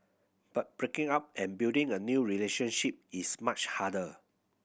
but breaking up and building a new relationship is much harder